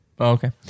Okay